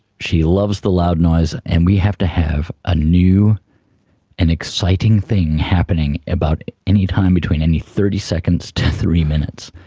she loves the loud noise, and we have to have a new and exciting thing happening about any time between thirty seconds to three minutes